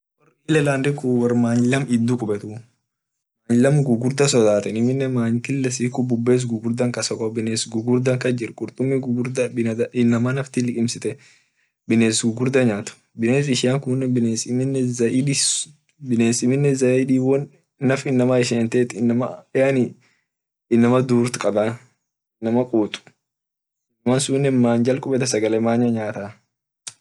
Wori ireland kune wor many lam diju kubetu many lam gugurda sodatenu many kila siku kiles gugurdan kas bo, bines gugurda kas jir kurtumi gugurda inama naf likimsitu kiles kune wo in zaidi inama ishen naf inama dur inama sunne many jak kubeta sagale manya nyataa.